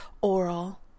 oral